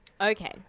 Okay